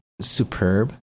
superb